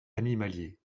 animalier